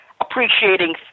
appreciating